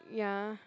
ya